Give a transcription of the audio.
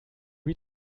wie